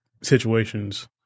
situations